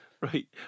Right